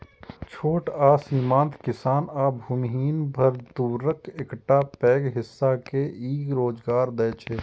छोट आ सीमांत किसान आ भूमिहीन मजदूरक एकटा पैघ हिस्सा के ई रोजगार दै छै